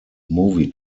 movie